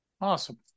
Awesome